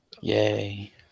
Yay